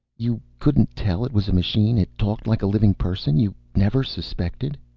you couldn't tell it was a machine? it talked like a living person? you never suspected?